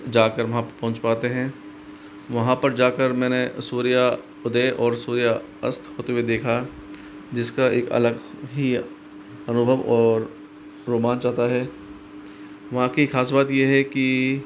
जाकर वहाँ पर पहुँच पाते है वहाँ पर जाकर मैंने सूर्योदय और सूर्यास्त होते देखा जिसका एक अलग ही अनुभव और रोमांच आता है वहाँ की खास बात यह है कि